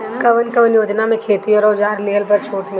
कवन कवन योजना मै खेती के औजार लिहले पर छुट मिली?